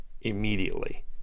immediately